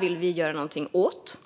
Vi vill göra någonting åt detta.